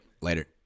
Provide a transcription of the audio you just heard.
Later